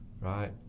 right